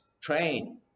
train